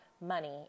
money